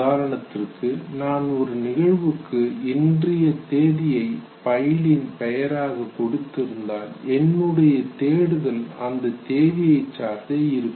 உதாரணத்திற்கு நான் ஒரு நிகழ்வுக்கு இன்றைய தேதியை பைலின் பெயராக கொடுத்திருந்தால் என்னுடைய தேடுதல் அந்த தேதியை சார்ந்தே இருக்கும்